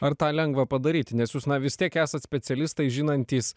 ar tą lengva padaryti nes jūs na vis tiek esat specialistai žinantys